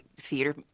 theater